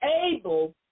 able